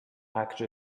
package